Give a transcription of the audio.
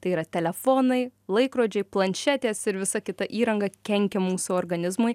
tai yra telefonai laikrodžiai planšetės ir visa kita įranga kenkia mūsų organizmui